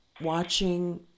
watching